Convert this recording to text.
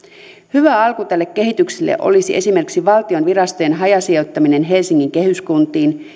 hyvä alku tälle kehitykselle olisi esimerkiksi valtion virastojen hajasijoittaminen helsingin kehyskuntiin